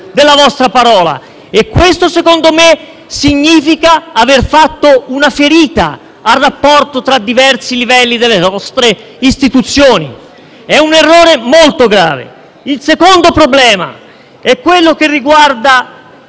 della vostra parola e secondo me questo significa aver inferto una ferita nel rapporto tra i diversi livelli delle nostre istituzioni. È un errore molto grave. Il secondo problema riguarda